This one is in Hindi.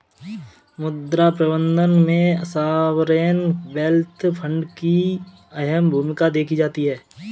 मुद्रा प्रबन्धन में सॉवरेन वेल्थ फंड की अहम भूमिका देखी जाती है